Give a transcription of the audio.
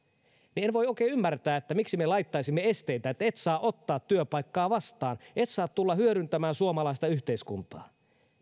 en voi oikein ymmärtää miksi me laittaisimme esteitä että et saa ottaa työpaikkaa vastaan et saa tulla hyödyntämään suomalaista yhteiskuntaa